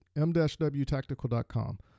m-wtactical.com